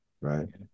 right